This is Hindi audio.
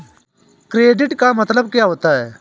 क्रेडिट का मतलब क्या होता है?